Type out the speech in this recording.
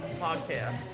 podcast